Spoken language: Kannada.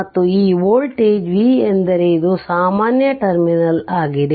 ಮತ್ತು ಈ ವೋಲ್ಟೇಜ್ V ಎಂದರೆ ಇದು ಸಾಮಾನ್ಯ ಟರ್ಮಿನಲ್ ಆಗಿದೆ